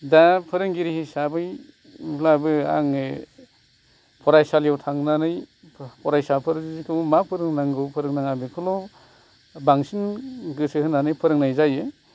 दा फोरोंगिरि हिसाबैब्लाबो आङो फरायसालियाव थांनानै फरायसाफोरखौ मा फोरोंनांगौ फोरोंनाङा बेखौल' बांसिन गोसो होनानै फोरोंनाय जायो